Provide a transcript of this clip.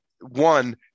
one